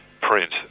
print